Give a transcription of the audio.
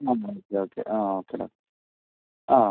uh okay okay uh okay uh